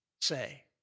Say